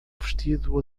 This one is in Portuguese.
vestido